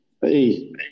Hey